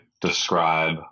describe